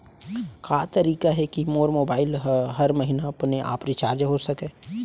का तरीका हे कि मोर मोबाइल ह हर महीना अपने आप रिचार्ज हो सकय?